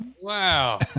Wow